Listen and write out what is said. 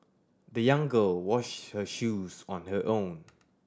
the young girl washed her shoes on her own